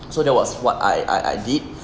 so that was what I I I did